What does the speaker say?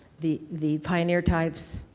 the the pioneer types,